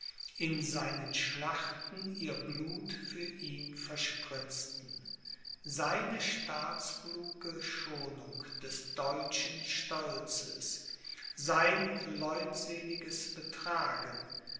in seinen schlachten ihr blut für ihn verspritzten seine staatskluge schonung des deutschen stolzes sein leutseliges betragen